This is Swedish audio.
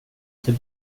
till